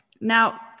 Now